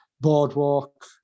Boardwalk